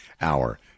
hour